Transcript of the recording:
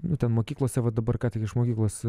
nu ten mokyklose va dabar ką tik iš mokyklos